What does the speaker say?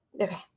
Okay